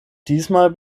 diesmal